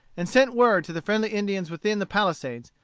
and sent word to the friendly indians within the palisades,